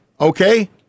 Okay